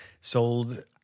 sold